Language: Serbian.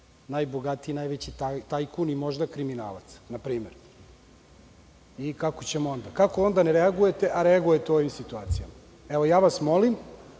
najbogatiji i najveći tajkun i možda kriminalac? Kako ćemo onda? Kako onda ne reagujete, a reagujete u ovim situacijama? Ja vas molim